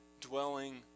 dwelling